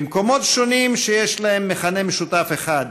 במקומות שונים, שיש להם מכנה משותף אחד: